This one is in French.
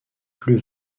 plus